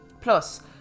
Plus